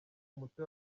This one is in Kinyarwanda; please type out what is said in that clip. muto